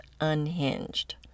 unhinged